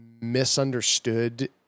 misunderstood